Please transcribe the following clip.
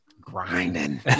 grinding